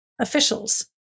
officials